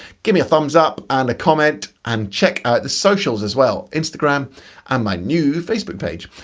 give me a thumbs up and a comment, and check out the socials as well instagram and my new facebook page.